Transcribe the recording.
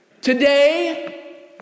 today